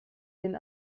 den